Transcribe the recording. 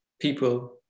people